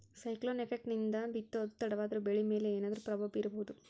Cyclone effect ನಿಂದ ಬಿತ್ತೋದು ತಡವಾದರೂ ಬೆಳಿ ಮೇಲೆ ಏನು ಪ್ರಭಾವ ಬೀರಬಹುದು?